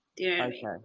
okay